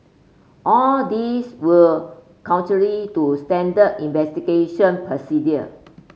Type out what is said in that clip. all these were contrary to standard investigation procedure